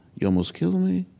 you almost kill me,